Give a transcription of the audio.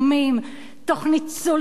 תוך ניצול של חרדות,